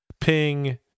ping